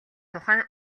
тухайн